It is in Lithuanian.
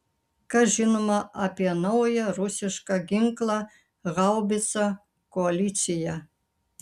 kas žinoma apie naują rusišką ginklą haubicą koalicija